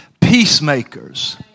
peacemakers